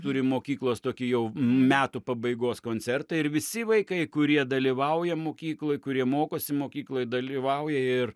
turim mokyklos tokį jau metų pabaigos koncertą ir visi vaikai kurie dalyvauja mokykloj kurie mokosi mokykloj dalyvauja ir